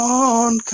on